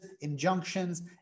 injunctions